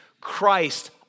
Christ